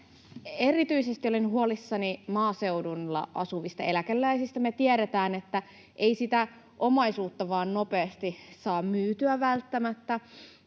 Erityisesti olen huolissani maaseudulla asuvista eläkeläisistä. Me tiedetään, että ei sitä omaisuutta vaan nopeasti saa välttämättä